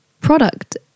product